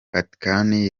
vatican